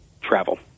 travel